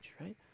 right